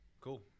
cool